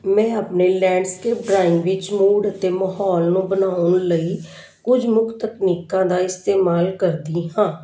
ਮੈਂ ਆਪਣੇ landscape ਗ੍ਰਾਈਡ ਵਿੱਚ ਮੂਡ ਅਤੇ ਮਾਹੌਲ ਨੂੰ ਬਣਾਉਣ ਲਈ ਕੁਝ ਮੁੱਖ ਤਕਨੀਕਾਂ ਦਾ ਇਸਤੇਮਾਲ ਕਰਦੀ ਹਾਂ